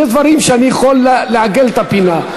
יש דברים שאני יכול לעגל את הפינה בהם.